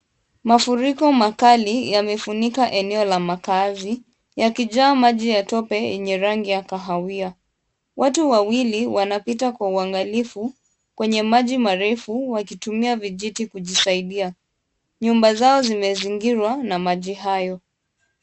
Mafuriko makali, yamefunika eneo la makaazi. Yakijaa maji ya tope yenye rangi ya kahawia. Watu wawili wanapita kwa uangalifu kwenye maji marefu, wakitumia vijiti kujisaidia. Nyumba zao zimezingirwa na maji hayo.